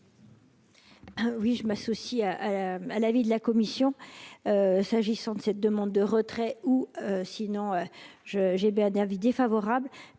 Oui, je m'associe à à la à l'avis de la commission s'agissant de cette demande de retrait ou sinon je j'ai bu un avis défavorable,